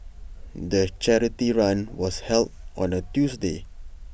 the charity run was held on A Tuesday